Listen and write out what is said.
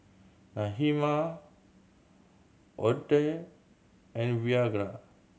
Nehemiah Odette and Virgia